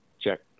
Check